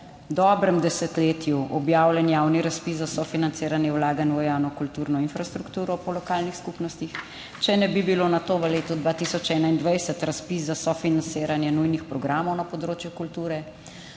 dobrem desetletju objavljen javni razpis za sofinanciranje vlaganj v javno kulturno infrastrukturo po lokalnih skupnostih. Če ne bi bilo na to v letu 2021 razpis za sofinanciranje nujnih programov na področju kulture.